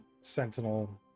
Sentinel